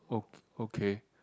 oh okay